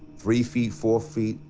three feet, four feet,